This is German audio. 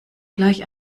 gleich